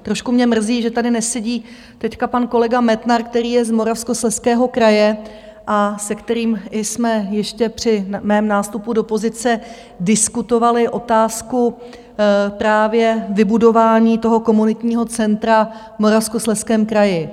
Trošku mě mrzí, že tady nesedí teď pan kolega Metnar, který je z Moravskoslezského kraje a se kterým jsme ještě při mém nástupu do pozice diskutovali otázku právě vybudování toho komunitního centra v Moravskoslezském kraji.